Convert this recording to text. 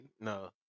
No